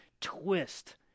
twist